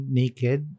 naked